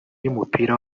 y’umupira